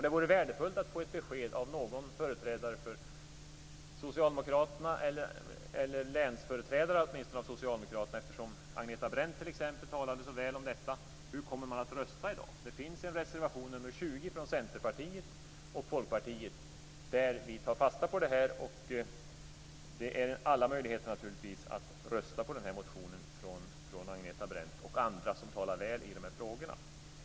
Det vore värdefullt att få ett besked av någon företrädare för Socialdemokraterna, åtminstone någon länsföreträdare. Agneta Brendt talade ju t.ex. väl om detta. Hur kommer man att rösta i dag? Det finns en reservation nr 20 från Centerpartiet och Folkpartiet där vi tar fasta på det här. Det finns naturligtvis alla möjligheter att rösta på den motionen för Agneta Brendt och andra som talar väl i de här frågorna.